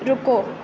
رکو